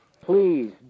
Please